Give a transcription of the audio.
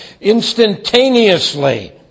instantaneously